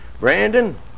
Brandon